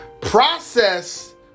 Process